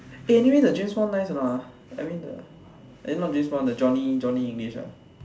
eh anyway the James Bond nice or not ah I mean the eh not James Bond the Johnny Johnny English ah